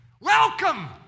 Welcome